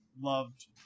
loved